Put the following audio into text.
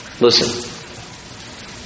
Listen